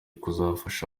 kuzafasha